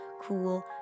cool